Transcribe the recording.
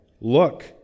look